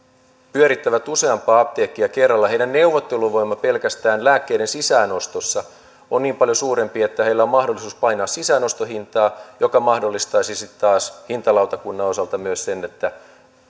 pyörittävät useampaa apteekkia kerralla heidän neuvotteluvoimansa pelkästään lääkkeiden sisäänostossa olisi niin paljon suurempi että heillä olisi mahdollisuus painaa sisäänostohintaa mikä mahdollistaisi sitten taas hintalautakunnan osalta myös sen että